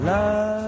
Love